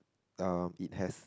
um it has